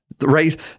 right